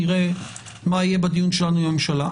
נראה מה יהיה בדיון שלנו עם הממשלה.